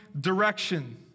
direction